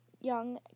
young